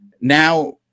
Now